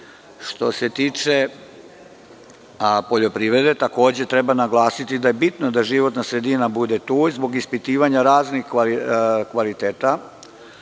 se tiče poljoprivrede, takođe treba naglasiti da je bitno da životna sredina bude tu zbog ispitivanja raznih kvaliteta